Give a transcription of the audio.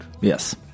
Yes